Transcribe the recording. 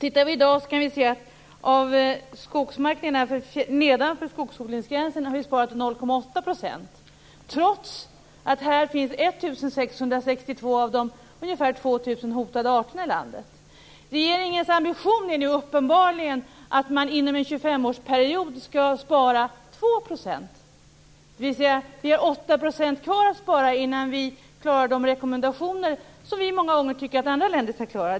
I dag kan vi se att det bara finns avsatt 0,8 % skogsmark nedanför skogsodlingsgränsen, trots att 1 662 av de ungefär 2 000 hotade arterna i landet finns där. Regeringens ambition är nu uppenbarligen att man inom en 25-årsperiod skall spara 2 %. Vi har alltså 8 % kvar att spara innan vi klarar de rekommendationer som Sverige många gånger tycker att andra länder skall klara.